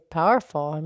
powerful